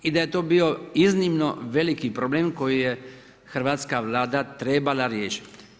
I da je to bio iznimno veliki problem koji je hrvatska Vlada trebala riješiti.